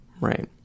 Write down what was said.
Right